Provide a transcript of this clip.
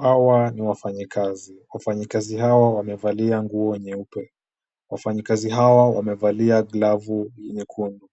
Hawa ni wafanyikazi. Wafanyikazi hawa wamevalia nguo nyeupe. Wafanyikazi hawa wamevalia glavu nyekundu.